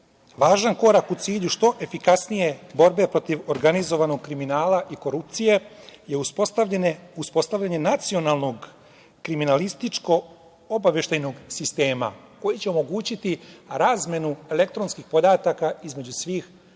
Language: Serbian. važan korak u cilju što efikasnije borbe protiv organizovanog kriminala i korupcije je uspostavljanje nacionalnog kriminalističko-obaveštajnog sistema koji će omogućiti razmenu elektronskih podataka između svih relevantnih